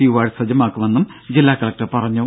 U ward സജ്ജമാക്കുമെന്നും ജില്ലാ കലക്ടർ അറിയിച്ചു